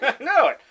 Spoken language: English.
No